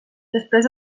després